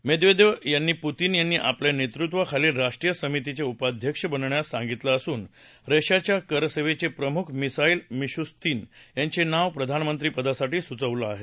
Medvedev यांना Putin यांनी आपल्या नेतृत्वाखालील राष्ट्रीय समितीचे उपाध्यक्ष बनण्यास सांगितलं असून रशियाच्या कर सेवेचे प्रमुख मिसा क्रि मिशूस्तिन यांचे नाव प्रधानमंत्रीपदासाठी सुचवले आहे